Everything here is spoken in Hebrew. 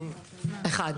הצבעה בעד